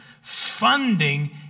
funding